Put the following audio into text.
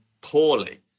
poorly